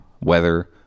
weather